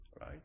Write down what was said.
right